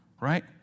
Right